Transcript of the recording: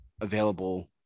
available